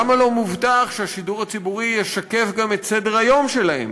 למה לא מובטח שהשידור הציבורי ישקף גם את סדר-היום שלהם,